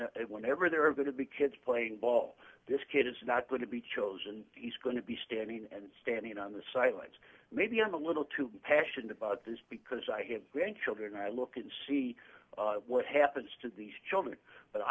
whenever there are going to be kids playing ball this kid is not going to be chosen he's going to be standing and standing on the sidelines maybe i'm a little too passionate about this because i have grandchildren i look and see what happens to these children but